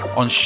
on